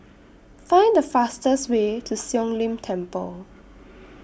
Find The fastest Way to Siong Lim Temple